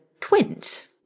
twins